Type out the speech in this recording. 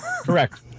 correct